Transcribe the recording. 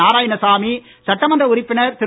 நாராயணசாமி சட்டமன்ற உறுப்பினர் திரு